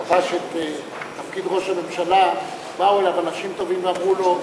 בזמנו כבש את תפקיד ראש הממשלה באו אליו אנשים טובים ואמרו לו: